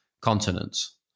continents